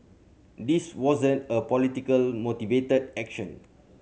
this wasn't a politically motivated action